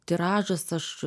tiražas aš